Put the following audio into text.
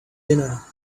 dinner